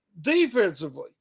defensively